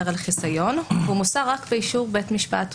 על החיסיון והוא מוסר רק באישור בית המשפט.